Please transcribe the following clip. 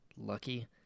Lucky